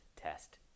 test